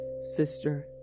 sister